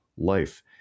life